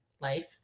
life